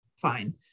fine